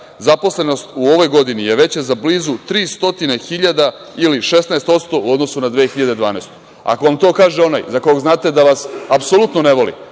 zaposlenost u ovoj godini je veća za blizu 300.000 ili 16% u odnosu na 12%. Ako vam to kaže onaj za koga znate da vas apsolutno ne voli,